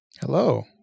Hello